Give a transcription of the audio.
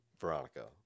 Veronica